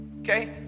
okay